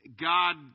God